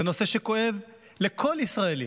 זה נושא שכואב לכל ישראלי.